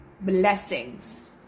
blessings